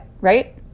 right